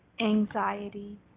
anxiety